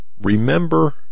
Remember